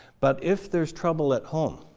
but if there's trouble at home,